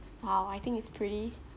!wow! I think it's pretty